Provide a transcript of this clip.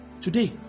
today